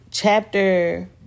chapter